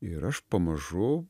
ir aš pamažu